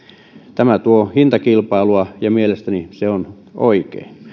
tämä tuo hintakilpailua ja mielestäni se on oikein